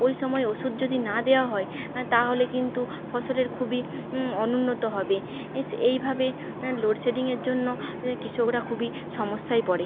ওই সময় ওষুদ যদি না দেওয়া হয় তাহলে কিন্তু ফসলের খুবই অনুন্নত হবে এস এইভাবে লোডশেডিংয়ের জন্য এ কৃষকরা খুবই সমস্যায় পড়ে